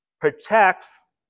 protects